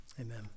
Amen